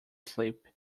sleep